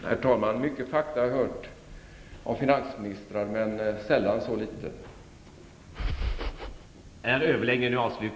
Herr talman! Mycket fakta har jag hört av finansministrar, men sällan så litet.